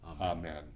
Amen